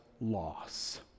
loss